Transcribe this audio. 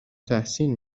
تحسین